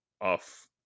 off